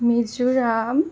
Mizoram